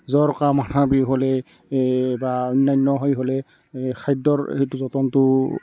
জ্বৰ কাহ মাথা বিষ হ'লে বা অন্যান্য হৈ হ'ল খাদ্যৰ সেইটো যতনটো